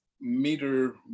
meter